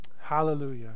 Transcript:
Hallelujah